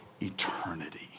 eternity